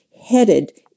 headed